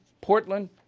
Portland